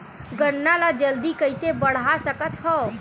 गन्ना ल जल्दी कइसे बढ़ा सकत हव?